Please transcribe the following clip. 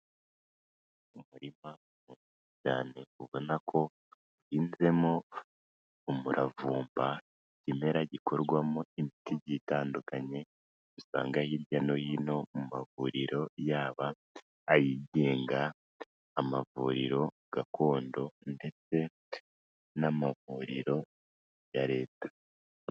Umurima munini cyane, ubona ko uhinzemo umuravumba; ikimera gikorwamo imiti igiye itandukanye usanga hirya no hino mu mavuriro, yaba ayigenga, amavuriro gakondo, ndetse n'amavuriro ya Leta.